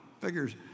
figures